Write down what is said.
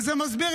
וזה מסביר,